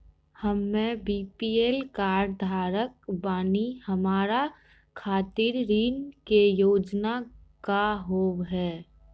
हम्मे BPL card धारक बानि हमारा खातिर ऋण के योजना का होव हेय?